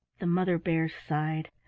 the mother bear sighed.